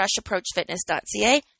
freshapproachfitness.ca